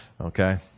okay